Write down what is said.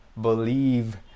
believe